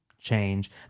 change